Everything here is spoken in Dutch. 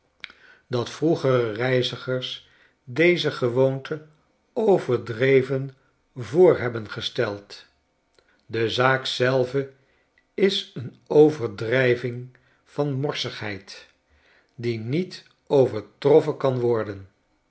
dat vroegere reizigers deze gewoonte overdreven voor hebben gesteld de zaak zelve is een overdrijving van morsigheid die niet overtaken kan worden